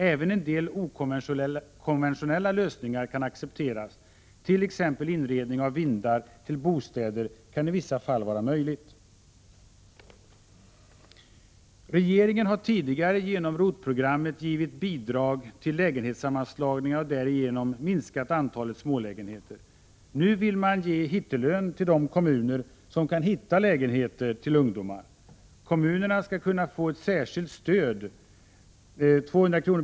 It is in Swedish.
Även en del okonventionella lösningar kan accepteras, t.ex. kan det i vissa fall vara möjligt att inreda vindar till bostäder. Regeringen har tidigare genom ROT-programmet givit bidrag till lägenhetssammanslagningar och därigenom minskat antalet smålägenheter. Nu vill man ge hittelön till de kommuner som kan hitta lägenheter till ungdomar. Kommunerna skall kunna få ett särskilt stöd på 200 kr.